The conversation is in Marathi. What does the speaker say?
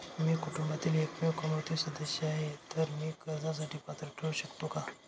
मी कुटुंबातील एकमेव कमावती सदस्य आहे, तर मी कर्जासाठी पात्र ठरु शकतो का?